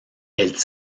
elle